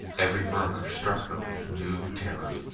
every murmur struck her with new terror